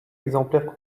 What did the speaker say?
exemplaire